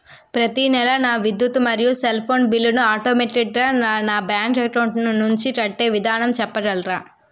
ప్రతి నెల నా విద్యుత్ మరియు సెల్ ఫోన్ బిల్లు ను ఆటోమేటిక్ గా నా బ్యాంక్ అకౌంట్ నుంచి కట్టే విధానం చెప్పగలరా?